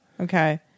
Okay